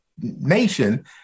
nation